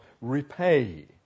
repay